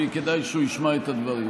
כי כדאי שהוא ישמע את הדברים.